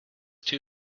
too